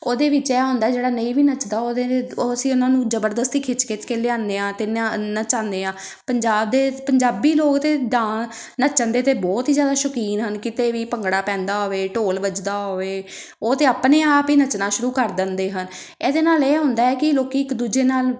ਉਹਦੇ ਵਿੱਚ ਇਹ ਹੁੰਦਾ ਜਿਹੜਾ ਨਹੀਂ ਵੀ ਨੱਚਦਾ ਉਹਦੇ ਦੇ ਉਹ ਅਸੀਂ ਉਹਨਾਂ ਨੂੰ ਜ਼ਬਰਦਸਤੀ ਖਿੱਚ ਖਿੱਚ ਕੇ ਲਿਆਉਂਦੇ ਹਾਂ ਅਤੇ ਨ ਨਚਾਉਂਦੇ ਹਾਂ ਪੰਜਾਬ ਦੇ ਪੰਜਾਬੀ ਲੋਕ ਤਾਂ ਡਾਂ ਨੱਚਣ ਦੇ ਤਾਂ ਬਹੁਤ ਹੀ ਜ਼ਿਆਦਾ ਸ਼ੌਕੀਨ ਹਨ ਕਿਤੇ ਵੀ ਭੰਗੜਾ ਪੈਂਦਾ ਹੋਵੇ ਢੋਲ ਵੱਜਦਾ ਹੋਵੇ ਉਹ ਤਾਂ ਆਪਣੇ ਆਪ ਹੀ ਨੱਚਣਾ ਸ਼ੁਰੂ ਕਰ ਦਿੰਦੇ ਹਨ ਇਹਦੇ ਨਾਲ ਇਹ ਹੁੰਦਾ ਹੈ ਕਿ ਲੋਕ ਇੱਕ ਦੂਜੇ ਨਾਲ